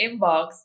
inbox